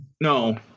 no